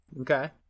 Okay